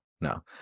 no